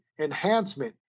enhancement